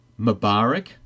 Mubarak